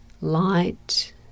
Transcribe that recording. light